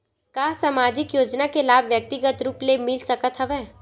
का सामाजिक योजना के लाभ व्यक्तिगत रूप ले मिल सकत हवय?